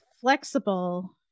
flexible